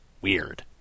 weird